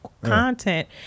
content